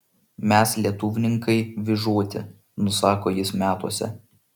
mes lietuvninkai vyžoti nusako jis metuose